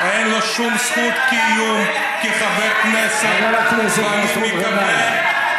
למה אתה לגיטימי כאשר אתה קורא לאזרחי ישראל,